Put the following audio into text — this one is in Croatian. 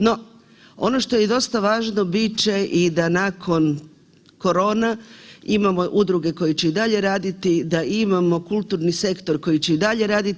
No, ono što je dosta važno bit će i da nakon korona imamo udruge koje će i dalje raditi, da imamo kulturni sektor koji će i dalje raditi.